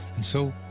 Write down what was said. and so,